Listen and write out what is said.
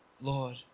Lord